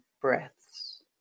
breaths